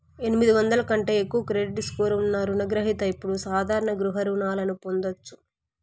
ఎనిమిది వందల కంటే ఎక్కువ క్రెడిట్ స్కోర్ ఉన్న రుణ గ్రహిత ఇప్పుడు సాధారణ గృహ రుణాలను పొందొచ్చు